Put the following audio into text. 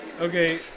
Okay